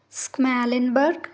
Schmallenberg